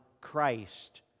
Christ